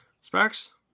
Sparks